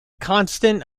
constant